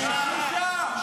בושה.